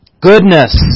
Goodness